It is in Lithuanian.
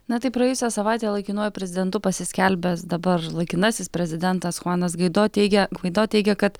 na tai praėjusią savaitę laikinuoju prezidentu pasiskelbęs dabar laikinasis prezidentas chuanas gaido teigia gvaido teigia kad